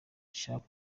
rishaka